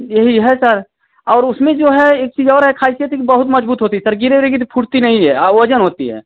यही है सर और उसमें जो है एक चीज़ और है खासियत है कि बहुत मज़बूत होती है सर गिरेगी ओरेगी तो फुटती नहीं है वज़न होती है